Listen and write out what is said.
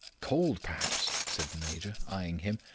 cold, perhaps, said the major, eyeing him.